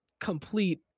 complete